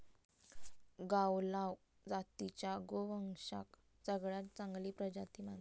गावलाव जातीच्या गोवंशाक सगळ्यात चांगली प्रजाती मानतत